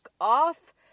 off